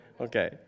Okay